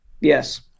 Yes